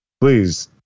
Please